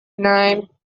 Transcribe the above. nine